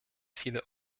viele